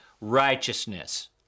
Righteousness